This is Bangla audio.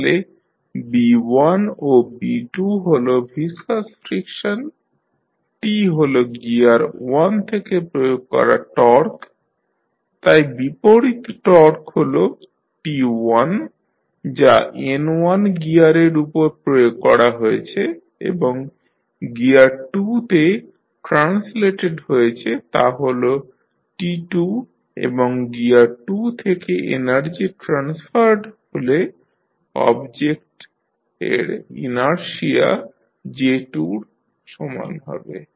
তাহলে B1 ও B2 হল ভিসকাস ফ্রিকশন T হল গিয়ার 1 থেকে প্রয়োগ করা টর্ক তাই বিপরীত টর্ক হল T1 যা N1 গিয়ারের উপর প্রয়োগ করা হয়েছে এবং গিয়ার 2 তে ট্রান্সলেটেড হয়েছে তা হল T2 এবং গিয়ার 2 থেকে এনার্জি ট্রান্সফারড হলে অবজেক্ট এর ইনারশিয়া J2 র সমান হবে